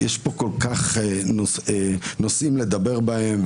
יש כאן הרבה נושאים לדבר בהם,